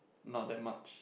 not that much